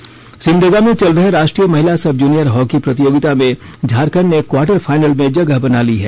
hockey Simdega में चल रहे राष्ट्रीय महिला सब जूनियर हॉकी प्रतियोगिता में झारखंड ने क्वार्टर फाइनल में जगह बना ली है